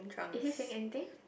is he say anything